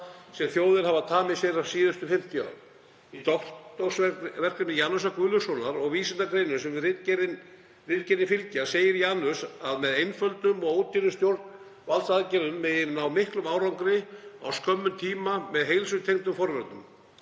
sem þjóðir hafa tamið sér síðustu 50 ár. Í doktorsverkefni Janusar Guðlaugssonar og vísindagreinum sem ritgerðinni fylgja segir Janus að með einföldum og ódýrum stjórnvaldsaðgerðum megi ná miklum árangri á skömmum tíma með heilsutengdum forvörnum.